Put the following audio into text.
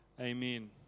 amen